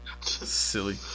silly